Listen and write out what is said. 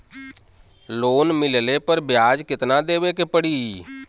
Loan मिलले पर ब्याज कितनादेवे के पड़ी?